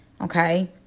okay